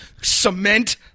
cement